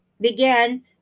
began